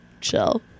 chill